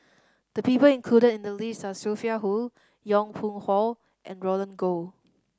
the people included in the list are Sophia Hull Yong Pung How and Roland Goh